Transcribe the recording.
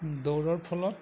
দৌৰৰ ফলত